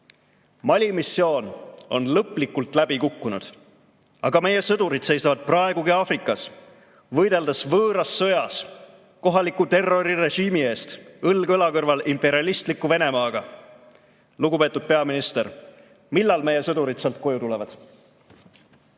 Mali missioon on lõplikult läbi kukkunud, aga meie sõdurid seisavad praegugi Aafrikas, võideldes võõras sõjas kohaliku terrorirežiimi eest, õlg õla kõrval imperialistliku Venemaaga. Lugupeetud peaminister, millal meie sõdurid sealt koju tulevad?